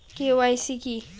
KYC কী?